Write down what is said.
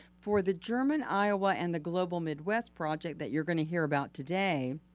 for the german iowa and the global midwest project that you're gonna hear about today,